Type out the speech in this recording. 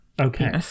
Okay